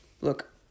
Look